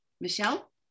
Michelle